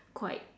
quite